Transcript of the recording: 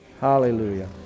hallelujah